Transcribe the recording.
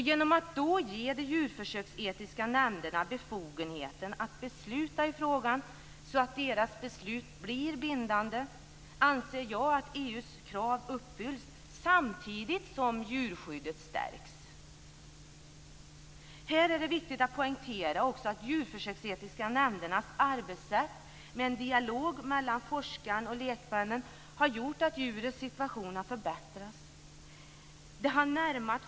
Genom att ge de djurförsöksetiska nämnderna befogenheten att besluta i frågan, så att deras beslut blir bindande, anser jag att man uppfyller EU:s krav samtidigt som djurskyddet stärks. Här är det viktigt att poängtera att de djurförsöksetiska nämndernas arbetssätt - en dialog mellan forskarna och lekmännen - har gjort att djurens situation har förbättrats.